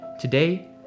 Today